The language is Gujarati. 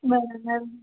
બરાબર